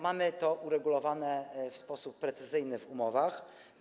Mamy to uregulowane w sposób precyzyjny w umowach.